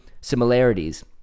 similarities